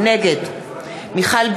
נגד מיכל בירן,